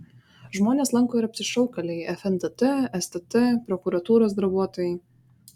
žmones lanko ir apsišaukėliai fntt stt prokuratūros darbuotojai